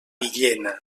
villena